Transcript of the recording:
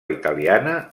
italiana